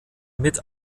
mit